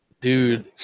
dude